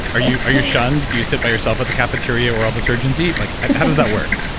are you are you shunned? do you sit by yourself at the cafeteria where all the surgeons eat? like and how does that work?